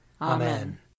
Amen